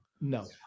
No